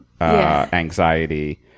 anxiety